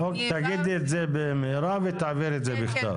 תגידי את זה במהרה ותעבירי את זה בכתב.